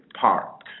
park